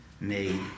made